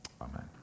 Amen